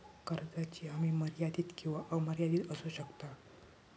कर्जाची हमी मर्यादित किंवा अमर्यादित असू शकता